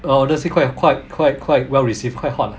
actually quite quite quite quite well received quite hot ah